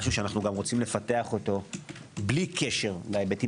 משהו שאנו גם רוצים לפתח אותו בלי קשר להיבטים